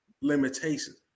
limitations